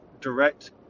direct